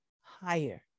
higher